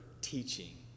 teaching